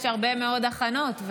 יש הרבה מאוד הכנות,